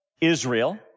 Israel